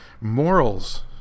morals